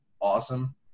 Awesome